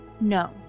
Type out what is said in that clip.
No